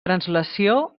translació